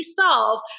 solve